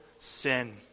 sin